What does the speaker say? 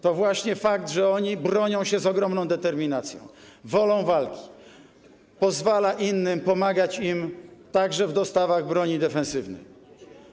To właśnie fakt, że oni bronią się z ogromną determinacją, wolą walki, pozwala innym pomagać im także w dostawach broni defensywnej.